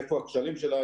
איפה הכשלים שלה,